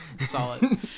Solid